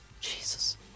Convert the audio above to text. Jesus